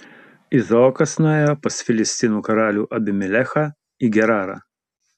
izaokas nuėjo pas filistinų karalių abimelechą į gerarą